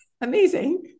amazing